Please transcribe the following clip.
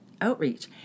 outreach